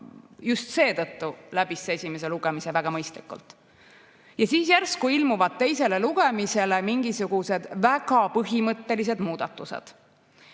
just seetõttu läbis see esimese lugemise väga mõistlikult. Ja siis järsku ilmuvad teisele lugemisele mingisugused väga põhimõttelised muudatused,